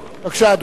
בבקשה, אדוני.